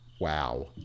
wow